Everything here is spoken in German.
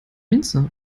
minze